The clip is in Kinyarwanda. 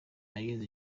ageza